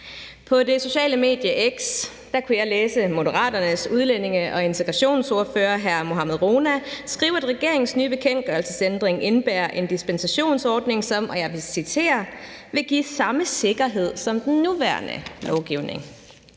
På det sociale medie X kunne jeg læse Moderaternes udlændinge- og integrationsordfører hr. Mohammad Rona skrive, at regeringens nye bekendtgørelsesændring indebærer en dispensationsordning, som – og jeg citerer – vil give samme sikkerhed som den nuværende lovgivning.